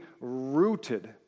rooted